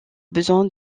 besoin